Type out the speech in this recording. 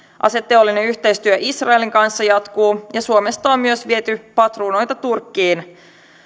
aseteollinen yhteistyö israelin kanssa jatkuu ja suomesta on myös viety patruunoita turkkiin